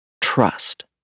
trust